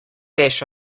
veš